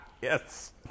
Yes